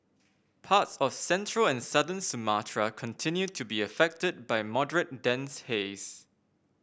parts of central and southern Sumatra continue to be affected by moderate dense haze